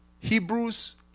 Hebrews